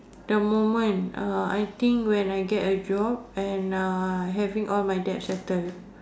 the moment uh I think when I get a job and uh having all my debts settled